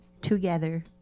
together